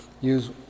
Use